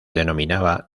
denominaba